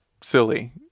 silly